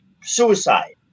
suicide